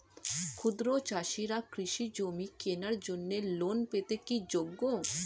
ক্ষুদ্র চাষিরা কৃষিজমি কেনার জন্য লোন পেতে কি যোগ্য?